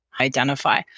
identify